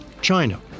China